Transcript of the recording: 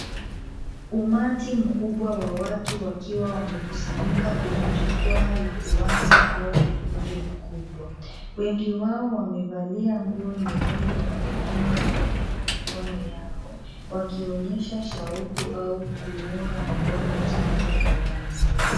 Umati mkubwa wa watu wakiwa wamekusanyika kwenye jukwaa la uwanja au ukumbi mkubwa. Wengi wao wamevalia nguo nyekundu na wengine wameinua mikono yao, wakionyesha shauku au kuunga mkono jambo fulani.